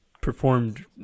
performed –